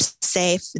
safe